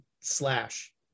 Slash